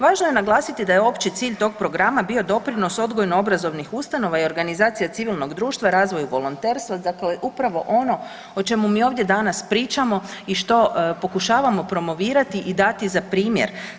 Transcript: Važno je naglasiti da je opći cilj to programa bio doprinos odgojno obrazovnih ustanova i organizacija civilnog društva razvoju volonterstva koje je upravo ono o čemu mi ovdje danas pričamo i što pokušavamo promovirati i dati za primjer.